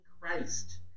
Christ